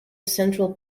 central